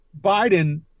Biden